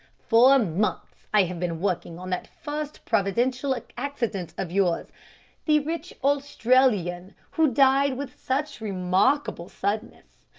for months i have been working on that first providential accident of yours the rich australian who died with such remarkable suddenness.